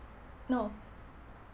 no